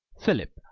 philip,